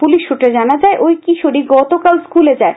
police সুত্রে জানা যায় ঐ কিশোরী গতকাল স্কুলে যায়